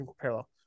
parallel